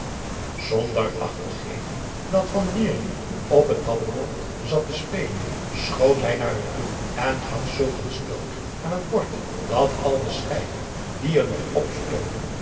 acht te geven dat van wieringen op het dambord zat te spelen schoot hij naar hem toe en gaf zulk een stoot aan het bord dat al de schijven die er nog op stonden